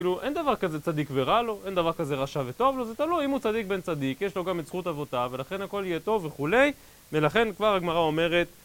אין דבר כזה צדיק ורע לו, אין דבר כזה רשע וטוב לו, זה תלוי אם הוא צדיק בן צדיק, יש לו גם את זכות אבותיו, ולכן הכל יהיה טוב וכולי, ולכן כבר הגמרא אומרת